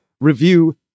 review